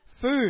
Food